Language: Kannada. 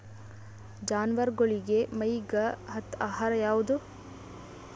ಜಾನವಾರಗೊಳಿಗಿ ಮೈಗ್ ಹತ್ತ ಆಹಾರ ಯಾವುದು?